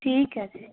ਠੀਕ ਐ ਜੀ